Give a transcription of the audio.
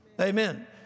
Amen